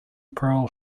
pearl